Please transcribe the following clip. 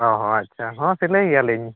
ᱚᱻ ᱦᱚᱸ ᱟᱪᱪᱷᱟ ᱦᱚᱸ ᱥᱤᱞᱟᱹᱭ ᱜᱮᱭᱟᱞᱤᱧ